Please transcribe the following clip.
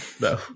no